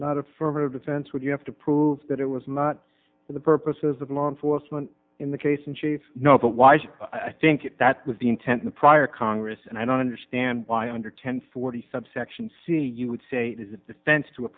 not affirmative defense would you have to prove that it was not for the purposes of law enforcement in the case in chief no but why should i think that was the intent the prior congress and i don't understand why under ten forty subsection c you would say it is a defense to